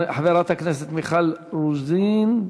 חברת הכנסת מיכל רוזין,